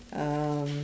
um